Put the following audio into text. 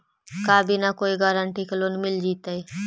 का बिना कोई गारंटी के लोन मिल जीईतै?